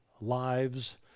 lives